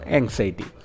anxiety